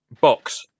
box